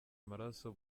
amaraso